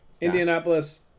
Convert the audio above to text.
Indianapolis